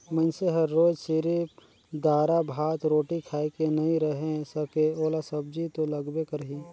मइनसे हर रोयज सिरिफ दारा, भात, रोटी खाए के नइ रहें सके ओला सब्जी तो लगबे करही